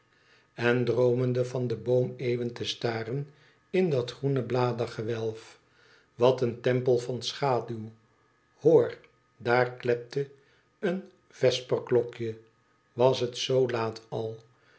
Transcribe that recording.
en droomende van de boom eeu wen te staren in dat groene bladergewelf wat een tempel van schaduw hoor daar klepte een vesperklokje was het zoo laat al